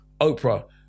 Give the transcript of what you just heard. Oprah